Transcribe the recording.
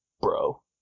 bro